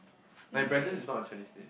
my Brandon is not a Chinese name